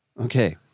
Okay